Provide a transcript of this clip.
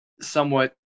somewhat